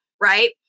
Right